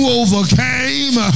overcame